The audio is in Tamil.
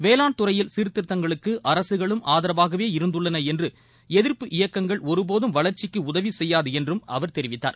வேளாண் துறையில் சீர்திருத்தங்களுக்குஅரசுகளும் ஆதரவாகவே இருந்துள்ளனஎன்றும் எதிர்ப்பு இயக்கங்கள் ஒருபோதும் வளர்ச்சிக்குஉதவிசெய்யாதுஎன்றும் அவர் தெரிவித்தார்